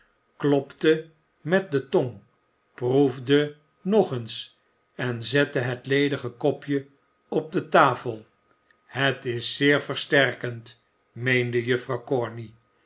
klopte met de tong proefde nog eens en zette het ledige kopje op de tafel het is zeer versterkend meende juffrouw corney